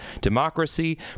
democracy